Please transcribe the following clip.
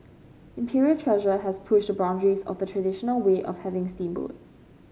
Imperial Treasure has pushed a boundaries of the traditional way of having steamboat